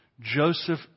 Joseph